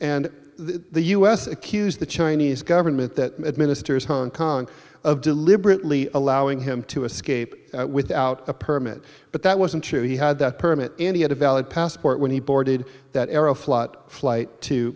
and the u s accused the chinese government that administers hong kong of deliberately allowing him to escape without a permit but that wasn't true he had that permit any had a valid passport when he boarded that aeroflot flight to